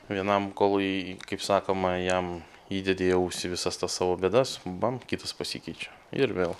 vienam kol kaip sakoma jam įdedi į ausį visas tas savo bėdas bam kitas pasikeičiau ir vėl